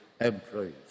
employees